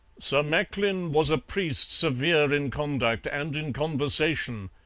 sir macklin was a priest severe in conduct and in conversation,